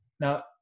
now